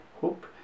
hope